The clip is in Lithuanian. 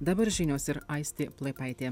dabar žinios ir aistė plaipaitė